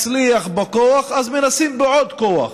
מצליח בכוח אז מנסים בעוד כוח,